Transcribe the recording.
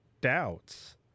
doubts